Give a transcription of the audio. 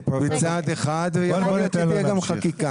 בצעד אחד ויכול להיות שתהיה גם חקיקה.